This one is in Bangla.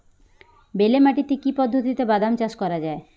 বেলে মাটিতে কি পদ্ধতিতে বাদাম চাষ করা যায়?